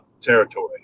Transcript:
territory